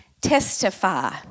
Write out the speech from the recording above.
testify